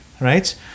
right